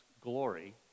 glory